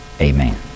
Amen